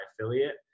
affiliate